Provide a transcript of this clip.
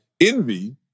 envy